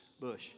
bush